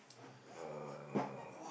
uh